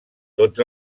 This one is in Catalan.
tots